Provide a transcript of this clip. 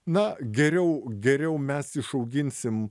na geriau geriau mes išauginsim